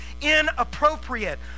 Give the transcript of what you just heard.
inappropriate